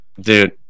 Dude